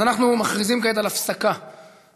אז אנחנו מכריזים כעת על הפסקה בסדר-היום.